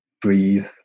breathe